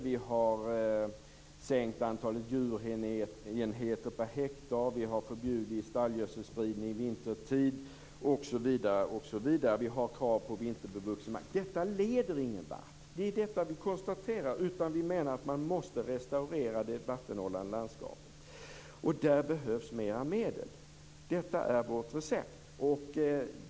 Vi har sänkt antalet djurenheter per hektar. Vi har förbjudit stallgödselspridning vintertid. Vi har krav på vinterbevuxen mark osv. Detta leder ingen vart. Det är det vi konstaterar. Vi menar att man måste restaurera det vattenhållande landskapet. Där behövs mera medel. Detta är vårt recept.